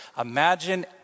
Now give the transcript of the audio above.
Imagine